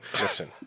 listen